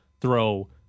throw